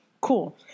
cool